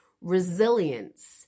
resilience